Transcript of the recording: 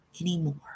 anymore